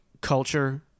culture